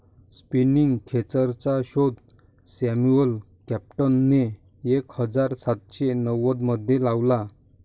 spinning खेचरचा शोध Samuel क्रॉम्प्टनने एक हजार सातशे नव्वदमध्ये लावला